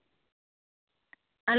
hello சொல்லுங்கள்